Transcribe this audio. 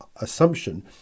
assumption